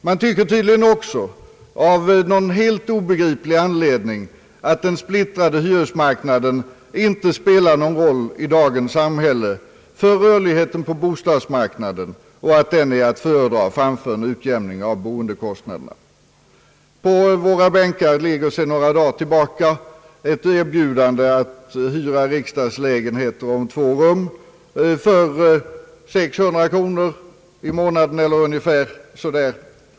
De tycker tydligen också av någon helt obegriplig anledning att den splittrade hyresmarknaden inte spelar någon roll i dagens samhälle för rörligheten på bostadsmarknaden och att den är att föredra framför en utjämning av boendekostnaderna. På våra bänkar ligger sedan några dagar ett erbjudande att hyra riksdagslägenheter om två rum för ungefär 600 kronor i månaden.